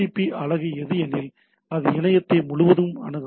அழகு எது எனில் அது இணையத்தை முழுவதும் அணுக முடியும்